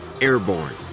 airborne